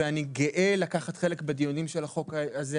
אני גאה לקחת חלק בדיוני החוק זה.